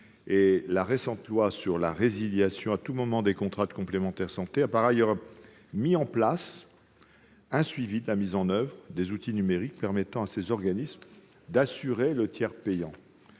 la récente loi qui permet la résiliation à tout moment des contrats de complémentaire santé a par ailleurs mis en place un suivi de la mise en oeuvre des outils numériques permettant à ces organismes d'assurer le tiers payant.